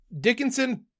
Dickinson